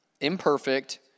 imperfect